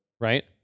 Right